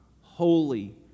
holy